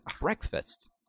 breakfast